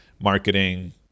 Marketing